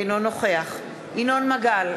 אינו נוכח ינון מגל,